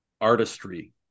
artistry